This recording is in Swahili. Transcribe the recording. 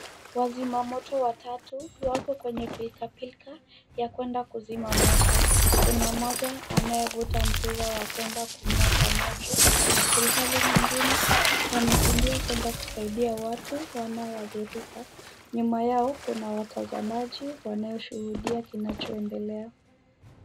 Wazimamoto watatu, wako kwenye pilkapilka ya kwenda kuzima moto. Kuna mmoja anayevuta mpira wa kwenda kumwaga maji, ilhali mwingine amekimbia kwenda kusaidia watu wanaoathirika. Nyuma yao kuna watazamaji wanaoshuhudia kinachoendelea.